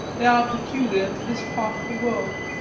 they are peculiar to this part of the world,